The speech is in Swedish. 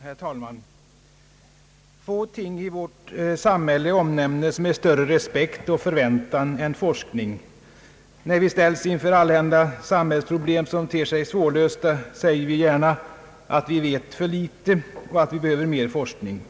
Herr talman! Få ting i vårt samhälle omnämnes med större respekt och förväntan än forskning. När vi ställs inför allehanda samhällsproblem som ter sig svårlösta säger vi gärna att vi vet för litet och behöver mer forskning.